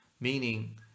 meaning